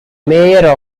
mayor